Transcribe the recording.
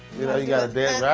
you know, you gotta dance,